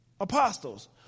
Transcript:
apostles